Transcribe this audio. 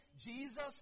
Jesus